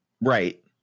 Right